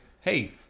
hey